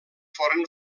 foren